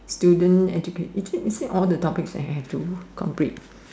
student educated is it is it all the topic that I have to complete